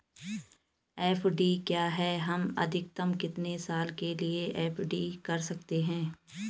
FD क्या है हम अधिकतम कितने साल के लिए एफ.डी कर सकते हैं?